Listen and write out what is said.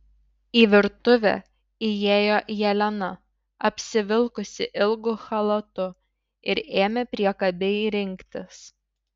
į virtuvę įėjo jelena apsivilkusi ilgu chalatu ir ėmė priekabiai rinktis